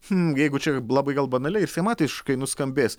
chm jeigu čia ir labai gal banaliai ir schematiškai nuskambės